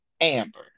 Amber